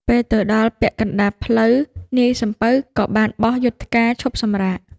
ពេលទៅដល់ពាក់កណ្ដាលផ្លូវ នាយសំពៅក៏បានបោះយុថ្កាឈប់សម្រាក។